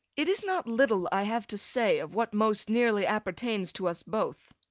it is not little i have to say of what most nearly appertains to us both.